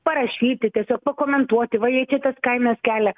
parašyti tiesiog pakomentuoti vajei čia tas kainas kelia